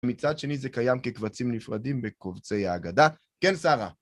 מצד שני, זה קיים כקבצים נפרדים בקובצי האגדה. כן, שרה?